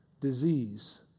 disease